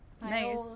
Nice